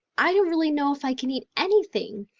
i don't really know if i can eat anything.